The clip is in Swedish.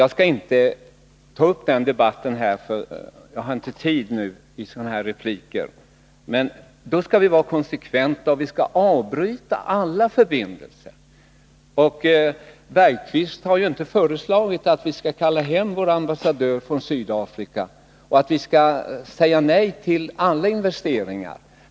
Jag skall inte ta upp den debatten nu; det medger inte tiden för ett sådant här replikskifte. Jag anser att vi skall vara konsekventa och i så fall avbryta alla förbindelser, men Jan Bergqvist har ju inte föreslagit att vi skall kalla hem vår ambassadör från Sydafrika och säga nej till alla investeringar.